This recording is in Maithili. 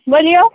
बोलिओ